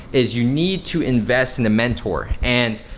is you need to invest in a mentor. and